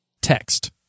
text